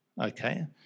okay